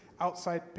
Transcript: outside